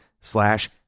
slash